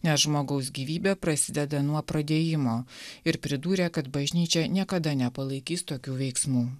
nes žmogaus gyvybė prasideda nuo pradėjimo ir pridūrė kad bažnyčia niekada nepalaikys tokių veiksmų